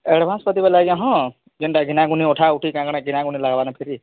advance କତିକି ଗଲେ ଆଜ୍ଞା ହଁ ଯେନ୍ଟା ଘିନା ଗୁନି ଅଠା ଉଠିକି କାଣା କାଣା ଲାଗବାନ ଫେରି